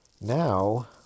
now